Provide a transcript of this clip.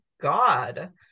God